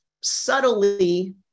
subtly